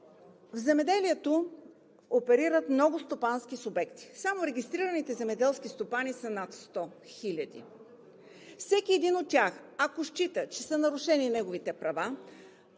В земеделието оперират много стопански субекти. Само регистрираните земеделски стопани са над 100 хиляди. Всеки един от тях, ако счита, че са нарушени неговите права